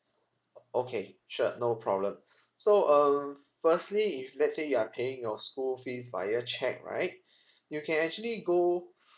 o~ okay sure no problem so um firstly if let's say you are paying your school fees via cheque right you can actually go